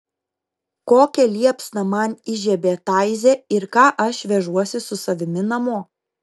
kokią liepsną man įžiebė taize ir ką aš vežuosi su savimi namo